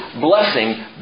blessing